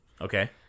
Okay